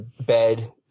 bed